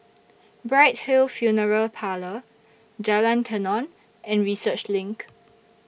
Bright Hill Funeral Parlour Jalan Tenon and Research LINK